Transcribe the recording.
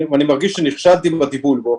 אני מרגיש שנכשלתי בטיפול בו,